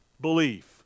belief